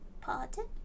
Pardon